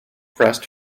pressed